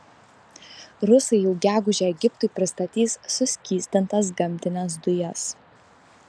rusai jau gegužę egiptui pristatys suskystintas gamtines dujas